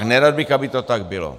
Nerad bych, aby to tak bylo.